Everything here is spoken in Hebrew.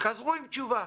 חזרו עם תשובה.